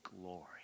glory